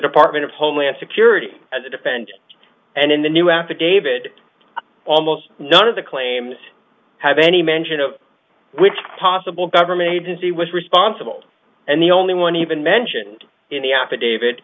department of homeland security to defend and in the new after david almost none of the claims have any mention of which possible government agency was responsible and the only one even mentioned in the